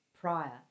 prior